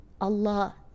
Allah